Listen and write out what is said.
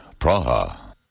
Praha